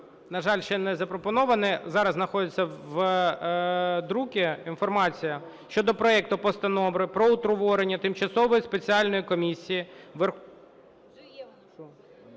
на жаль, ще не запропонований, зараз знаходиться в друці інформація щодо проекту Постанови про утворення тимчасової спеціальної комісії… Подання